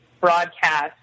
broadcast